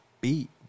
beat